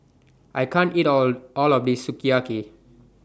I can't eat All All of This Sukiyaki